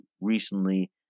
recently